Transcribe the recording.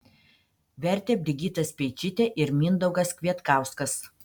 vertė brigita speičytė ir mindaugas kvietkauskas